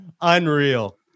Unreal